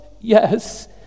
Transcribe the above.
yes